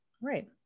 Right